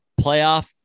playoff